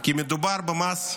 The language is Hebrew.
כי מדובר במס רגרסיבי,